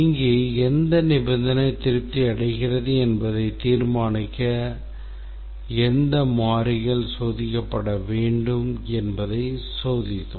இங்கே எந்த நிபந்தனை திருப்தி அடைகிறது என்பதை தீர்மானிக்க எந்த மாறிகள் சோதிக்கப்பட வேண்டும் என்பதை சோதித்தோம்